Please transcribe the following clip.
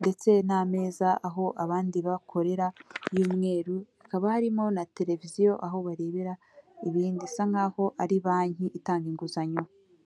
ndetse n'ameza aho abandi bakorera y'umweru ikaba harimo na televiziyo aho barebera ibindi, bisa nk'aho ari banki itanga inguzanyo.